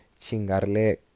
chingarle